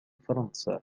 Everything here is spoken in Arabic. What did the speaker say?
فرنسا